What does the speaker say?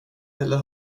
eller